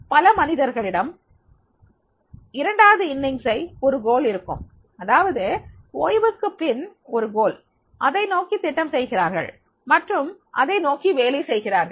பல மனிதர்களிடம் இரண்டாவது இன்னிங்சை ஒரு குறிக்கோள் இருக்கும் அதாவது ஓய்வுக்குப் பின் ஒரு குறிக்கோள் அதை நோக்கி திட்டம் செய்கிறார்கள் மற்றும் அதை நோக்கி வேலை செய்கிறார்கள்